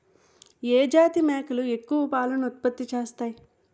ఏ జాతి మేకలు ఎక్కువ పాలను ఉత్పత్తి చేస్తాయి?